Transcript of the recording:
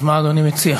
תודה רבה.